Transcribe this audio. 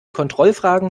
kontrollfragen